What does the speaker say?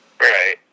right